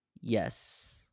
Yes